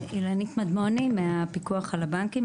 אילנית מדמוני מהפיקוח על הבנקים,